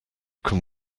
can